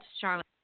Charlotte